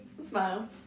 smile